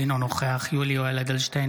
אינו נוכח יולי יואל אדלשטיין,